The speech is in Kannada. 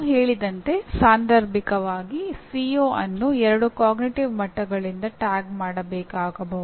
ನಾವು ಹೇಳಿದಂತೆ ಸಾಂದರ್ಭಿಕವಾಗಿ ಸಿಒCO ಅನ್ನು ಎರಡು ಅರಿವಿನ ಮಟ್ಟಗಳಿಂದ ಟ್ಯಾಗ್ ಮಾಡಬೇಕಾಗಬಹುದು